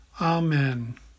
Amen